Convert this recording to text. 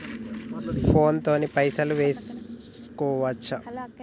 Phone తోని పైసలు వేసుకోవచ్చా?